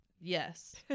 yes